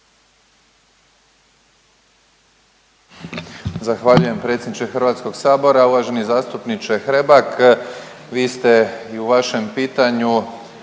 Zahvaljujem predsjedniče Hrvatskog sabora. Uvaženi zastupniče Hrebak vi ste i u vašem pitanju